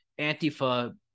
Antifa